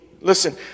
Listen